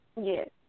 Yes